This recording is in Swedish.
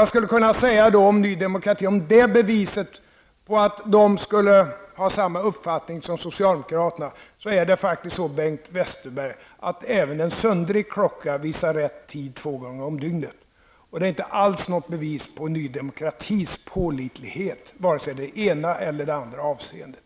Jag skulle vilja säga om att man i Ny demokrati har samma uppfattning som socialdemokraterna, är det så, Bengt Westerberg, att även en trasig klocka visar rätt tid två gånger om dygnet. Det är inte alls något bevis på Ny demokratis pålitlighet i vare sig det ena eller andra avseendet.